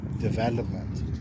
development